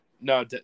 no